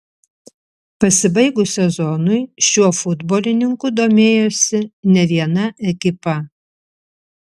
pasibaigus sezonui šiuo futbolininku domėjosi ne viena ekipa